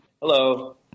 Hello